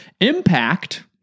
impact